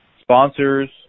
sponsors